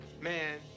Man